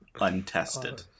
untested